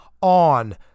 on